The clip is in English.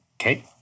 Okay